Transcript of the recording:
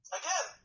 again